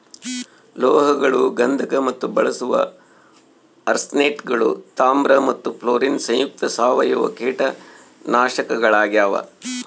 ಲೋಹಗಳು ಗಂಧಕ ಮತ್ತು ಬಳಸುವ ಆರ್ಸೆನೇಟ್ಗಳು ತಾಮ್ರ ಮತ್ತು ಫ್ಲೋರಿನ್ ಸಂಯುಕ್ತ ಸಾವಯವ ಕೀಟನಾಶಕಗಳಾಗ್ಯಾವ